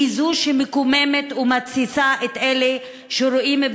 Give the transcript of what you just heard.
היא זו שמקוממת ומתסיסה את אלה שרואים את